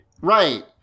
Right